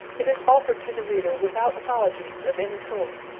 it is offered to the reader without apologies of any sort.